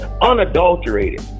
unadulterated